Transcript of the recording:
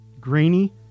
grainy